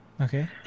Okay